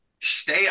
Stay